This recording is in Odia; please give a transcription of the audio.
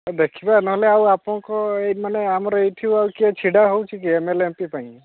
ଦେଖିବା ନହେଲେ ଆଉ ଆପଣଙ୍କ ଏମାନେ ଆମର ଏଇଠି ଆଉ କିଏ ଛିଡ଼ା ହେଉଛି କି M L A M P ପାଇଁ